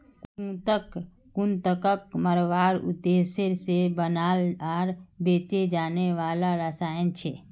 कृंतक कृन्तकक मारवार उद्देश्य से बनाल आर बेचे जाने वाला रसायन छे